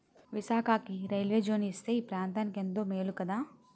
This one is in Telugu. విశాఖకి రైల్వే జోను ఇస్తే ఈ ప్రాంతనికెంతో మేలు కదా